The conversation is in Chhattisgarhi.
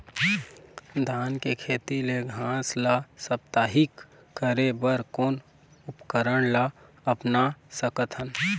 धान के खेत ले घास ला साप्ताहिक करे बर कोन उपकरण ला अपना सकथन?